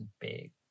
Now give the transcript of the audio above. big